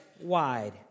wide